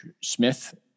Smith